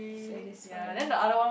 satisfying